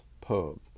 pub